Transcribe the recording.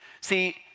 See